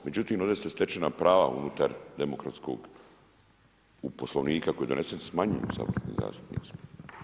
Međutim, ovdje se stečena prava unutar demokratskog Poslovnika koji je donesen … saborskim zastupnicima.